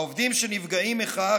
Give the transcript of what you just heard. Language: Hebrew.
העובדים שנפגעים מכך